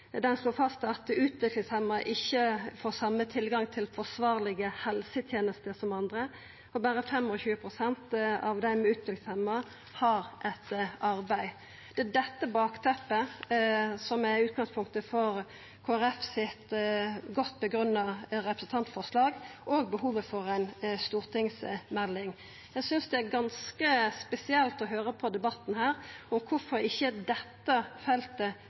den same tilgangen til forsvarlege helsetenester som andre, og berre 25 pst. av dei som er utviklingshemma, har eit arbeid. Det er dette bakteppet som er utgangspunktet for det godt grunngitte representantforslaget frå Kristeleg Folkeparti, og behovet for ei stortingsmelding. Eg synest det er ganske spesielt å høyra på debatten her om kvifor ikkje dette feltet